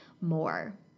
more